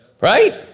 Right